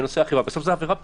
בסוף זו עבירה פלילית.